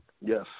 Yes